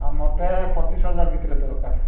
ମୋତେ ପଚିଶ ହଜାର ଭିତରେ ଦରକାର